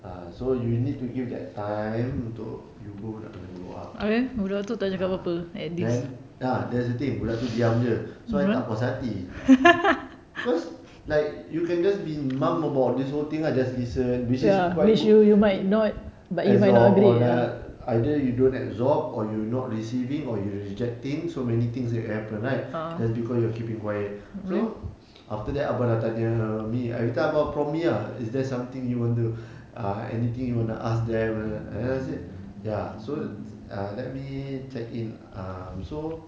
ah so you need give that time untuk you both nak kena grow up ah that's the thing budak itu diam jer so I tak puas hati because like you can just be numb about this whole thing lah that is a which is uh quite good as you're gonna either you don't absorb or you not receiving or you rejecting so many things that can happen right just because you're keeping quiet so after that abah is there something you want to uh anything you want to ask them uh I said ya so ah let me check in um so